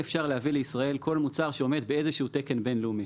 אפשר להביא לישראל כל מוצר שעומד באיזשהו תקן בינלאומי.